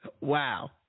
Wow